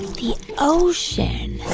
the ocean.